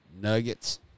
Nuggets